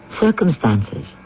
Circumstances